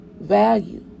value